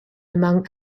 among